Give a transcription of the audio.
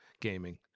gaming